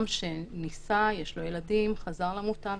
יש דברים שלמחוקק אין שליטה עליהם.